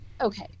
okay